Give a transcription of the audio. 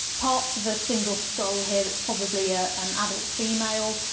parts of single skull here that's probably ah an adult female.